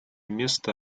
место